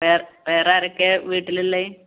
വേറാരൊക്കെയാ വീട്ടിലുള്ളത്